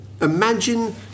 imagine